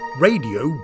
Radio